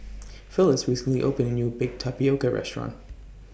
Phyliss recently opened A New Baked Tapioca Restaurant